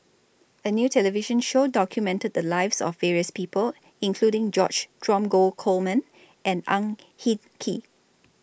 A New television Show documented The Lives of various People including George Dromgold Coleman and Ang Hin Kee